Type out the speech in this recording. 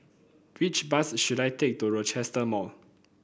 which bus should I take to Rochester Mall